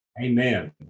Amen